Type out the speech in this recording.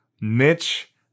Mitch